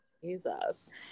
Jesus